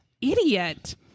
Idiot